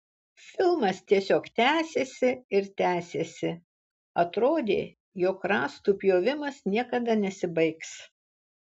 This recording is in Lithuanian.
filmas tiesiog tęsėsi ir tęsėsi atrodė jog rąstų pjovimas niekada nesibaigs